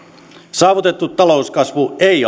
saavutettu talouskasvu ei